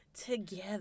together